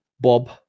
bob